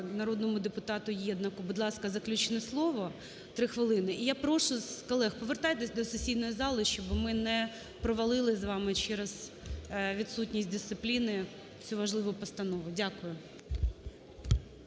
народному депутату Єднаку. Будь ласка, заключне слово, 3 хвилини. І я прошу колег, повертайтесь до сесійної зали, щоби ми не провалили з вами через відсутність дисципліни цю важливу постанову. Дякую.